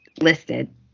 listed